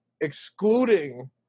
excluding